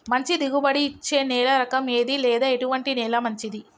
మంచి దిగుబడి ఇచ్చే నేల రకం ఏది లేదా ఎటువంటి నేల మంచిది?